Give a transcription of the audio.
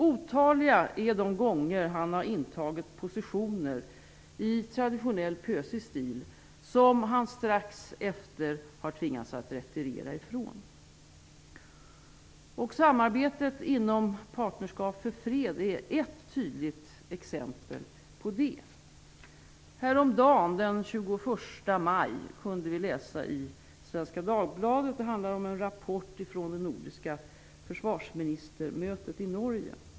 Otaliga är de gånger han har intagit positioner i traditionell pösig stil som han strax efteråt har tvingats retirera ifrån. Samarbetet inom Partnerskap för fred är ett tydligt exempel på det. Häromdagen, den 21 maj, kunde vi i Svenska Dagbladet läsa en rapport från det nordiska försvarsministermötet i Norge.